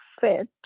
fit